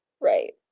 Right